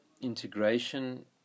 integration